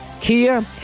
Kia